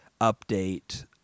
update